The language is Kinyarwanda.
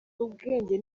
ubwenge